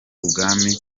ubwami